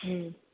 हम्म